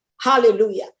hallelujah